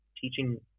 teaching